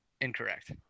Incorrect